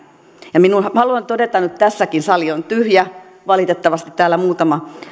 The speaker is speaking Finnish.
ja haluan todeta nyt tässäkin sali on tyhjä valitettavasti täällä muutama